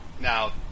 Now